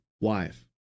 wife